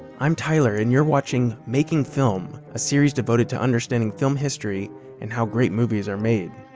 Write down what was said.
i'm tyler and you're watching making film, a series devoted to understanding film history and how great movies are made.